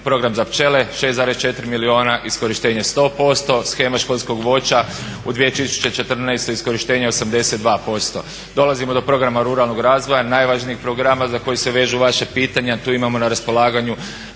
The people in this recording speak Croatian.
program za pčele, 6,4 milijuna, iskorištenje 100%. Shema školskog voća u 2014. iskorištenje 82%. Dolazimo do programa ruralnog razvoja, najvažnijeg programa za koji se vežu vaša pitanja, tu imamo na raspolaganju